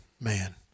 man